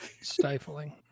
Stifling